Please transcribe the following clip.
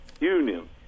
union